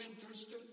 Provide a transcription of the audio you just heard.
interested